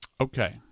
Okay